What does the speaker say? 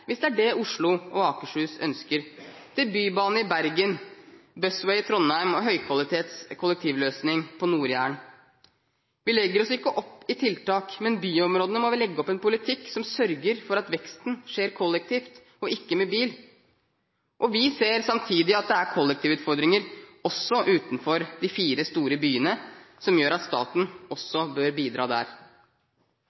hvis det er det Oslo og Akershus ønsker – og til bybane i Bergen, Busway i Trondheim og høykvalitets kollektivløsning på Nord-Jæren. Vi legger oss ikke opp i tiltak, men i byområdene må legge opp til en politikk som sørger for at veksten skjer kollektivt, og ikke med bil. Vi ser samtidig at det er kollektivutfordringer, også utenfor de fire store byene, som gjør at staten